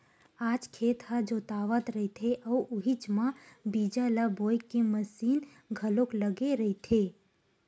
आज खेत ह जोतावत रहिथे अउ उहीच म बीजा ल बोए के मसीन घलोक लगे रहिथे